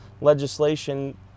legislation